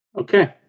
Okay